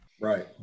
Right